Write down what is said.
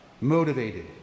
motivated